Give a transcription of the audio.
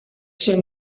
son